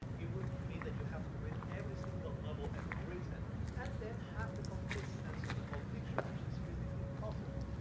it would mean that you have to read every single novel ever written and then have the complete sense of the whole picture, which is physically impossible.